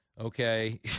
Okay